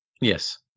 Yes